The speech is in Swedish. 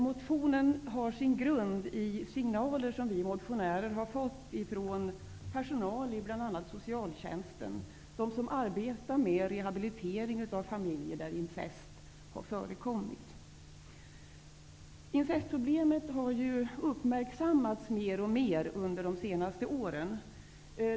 Motionen har sin grund i signaler som vi motionärer har fått från personal i bl.a. socialtjänsten, från sådana som arbetar med rehabilitering av familjer där incest har förekommit. Incestproblemet har ju uppmärksammats mer och mer under de senaste åren.